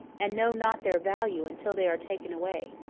and know not their value until they are taken away.